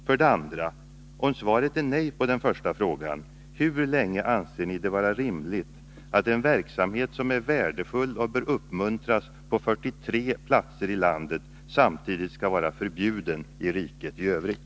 För det andra: Om svaret är nej på den första frågan, hur länge anser ni det vara rimligt att en verksamhet som är värdefull och bör uppmuntras på 43 platser i landet samtidigt skall vara förbjuden i riket i övrigt?